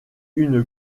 une